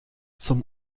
zum